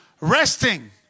Resting